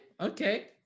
okay